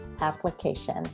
application